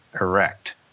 erect